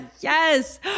Yes